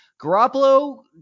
Garoppolo